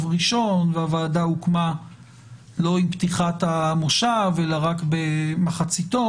ראשון והוועדה הוקמה לא עם פתיחת המושב אלא רק במחציתו,